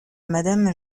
madame